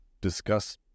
discuss